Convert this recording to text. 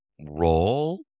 role